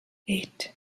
eight